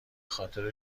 خاطر